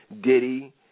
Diddy